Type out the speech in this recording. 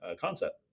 concept